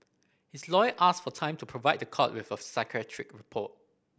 his lawyer asked for time to provide the court with a psychiatric report